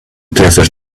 desert